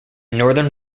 northern